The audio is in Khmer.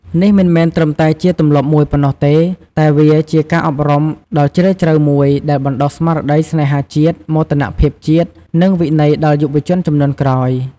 នេះមិនមែនត្រឹមតែជាទម្លាប់មួយប៉ុណ្ណោះទេ តែវាជាការអប់រំដ៏ជ្រាលជ្រៅមួយដែលបណ្ដុះស្មារតីស្នេហាជាតិ មោទនភាពជាតិ និងវិន័យដល់យុវជនជំនាន់ក្រោយ។